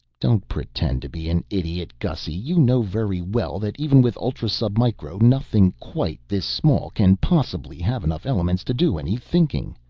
don't pretend to be an idiot, gussy! you know very well that even with ultra-sub-micro nothing quite this small can possibly have enough elements to do any thinking.